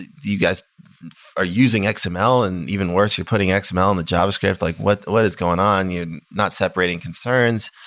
you guys are using xml. and even worse, you're putting and xml on the javascript. like what what is going on? you're not separating concerns.